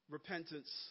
Repentance